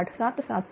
98773 j0